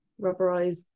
rubberized